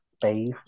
space